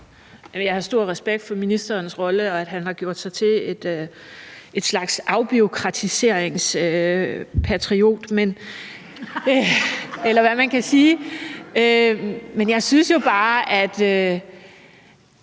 Jeg har stor respekt for ministerens rolle, og at han har gjort sig til en slags afbureaukratiseringspatriot, eller hvad man kan sige. Men en af